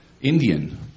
Indian